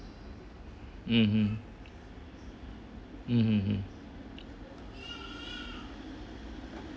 mm mm mmhmm mm